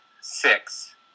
six